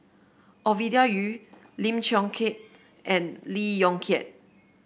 Ovidia Yu Lim Chong Keat and Lee Yong Kiat